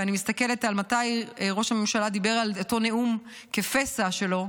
ואני מסתכלת על מתי ראש הממשלה דיבר באותו נאום על "כפסע" שלו,